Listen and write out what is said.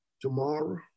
tomorrow